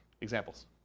Examples